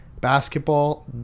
Basketball